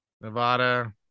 Nevada